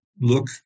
look